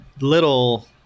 little